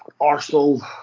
Arsenal